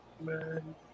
man